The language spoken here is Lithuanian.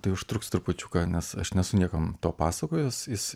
tai užtruks trupučiuką nes aš nesu niekam to pasakojęs jis